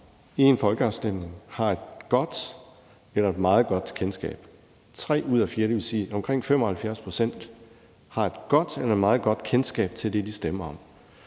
i en folkeafstemning, har et godt eller et meget godt kendskab til det, de stemmer om. Tre ud af fire, dvs. omkring 75 pct., har et godt eller meget godt kendskab til det, de stemmer om.